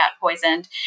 poisoned